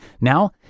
Now